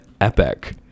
epic